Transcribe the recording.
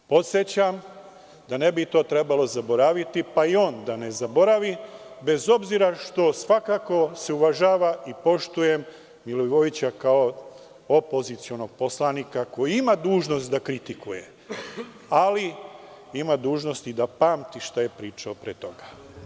Podsećam da ne bi to trebalo zaboraviti, pa i on da ne zaboravi, bez obzira što svakako uvažavam i poštujem Milivojevića kao opozicionog poslanika koji ima dužnost da kritikuje, ali ima dužnost i da pamti šta je pričao pre toga.